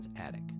Attic